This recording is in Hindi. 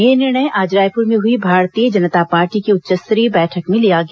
यह निर्णय आज रायपुर में हुई भारतीय जनता पार्टी की उच्च स्तरीय बैठक में लिया गया